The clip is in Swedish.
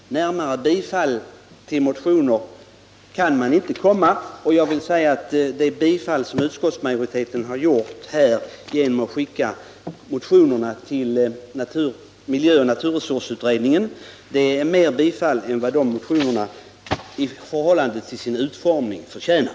Närmare bifall till motioner kan man inte komma, och jag vill säga att det tillstyrkande som utskottsmajoriteten har gjort genom att föreslå riksdagen att skicka motionerna till naturresursoch miljökommittén innebär mer bifall än vad motionerna i förhållande till sin utformning förtjänar.